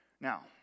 Now